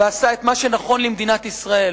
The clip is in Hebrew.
ועשה את מה שנכון למדינת ישראל.